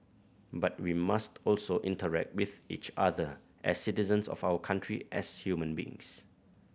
but we must also interact with each other as citizens of our country as human beings